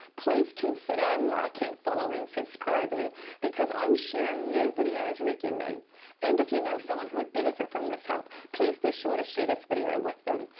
please consider liking, following, subscribing because i'm sharing new videos regularly and if you know someone who would benefit from this help please be sure to share this video with them.